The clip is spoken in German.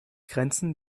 grenzen